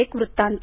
एक वृत्तांत